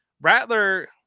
Rattler